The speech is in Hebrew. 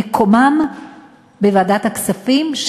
מקומם בוועדת הכספים,